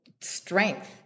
strength